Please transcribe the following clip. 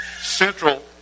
central